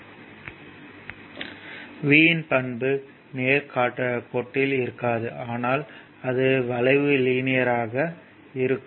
V இன் பண்பு நேர் கோட்டில் இருக்காது ஆனால் அது வளைவு லீனியர்யாக இருக்கும்